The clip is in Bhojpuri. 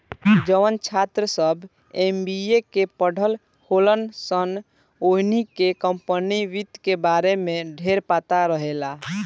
जवन छात्र सभ एम.बी.ए के पढ़ल होलन सन ओहनी के कम्पनी वित्त के बारे में ढेरपता रहेला